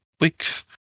weeks